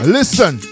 Listen